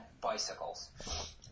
bicycles